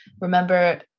Remember